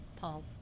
Paul